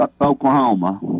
Oklahoma